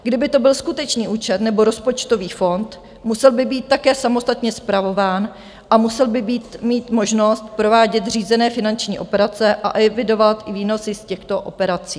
Kdyby to byl skutečný účet nebo rozpočtový fond, musel by být také samostatně spravován a musel by mít možnost provádět řízené finanční operace a evidovat i výnosy z těchto operací.